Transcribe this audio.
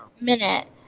minute